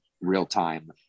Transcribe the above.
real-time